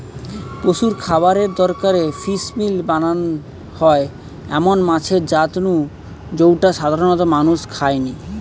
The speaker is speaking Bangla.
পশুর খাবারের দরকারে ফিসমিল বানানা হয় এমন মাছের জাত নু জউটা সাধারণত মানুষ খায়নি